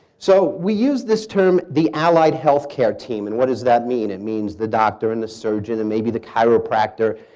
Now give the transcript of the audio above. so we use this term the allied healthcare team, and what does that mean? it means the doctor, and the surgeon, and maybe the chiropractor.